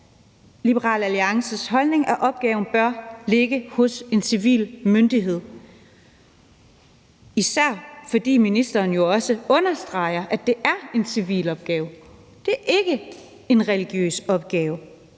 Liberal Alliances holdning, at opgaven bør ligge hos en civil myndighed, især fordi ministeren jo også understreger, at det er en civil opgave. Det er ikke en religiøs opgave,